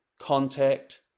contact